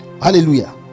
hallelujah